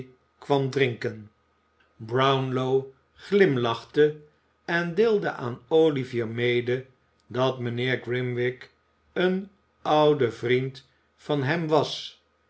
genuttigd worden brownlow glimlachte en deelde aan olivier mede dat mijnheer grimwig een oud vriend van hem was